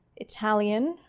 italian,